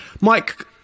Mike